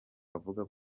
avuga